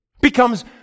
becomes